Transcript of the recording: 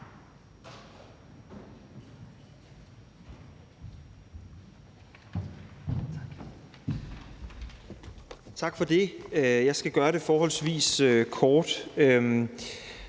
Tak for det. Jeg skal gøre det forholdsvis kort.